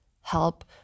help